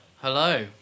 Hello